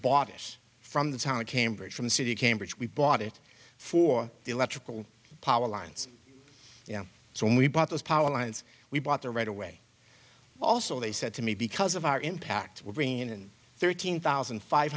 bought it from the town of cambridge from the city of cambridge we bought it for electrical power lines so when we bought those power lines we bought there right away also they said to me because of our impact we're bringing in thirteen thousand five